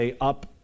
up